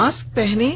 mask पहनें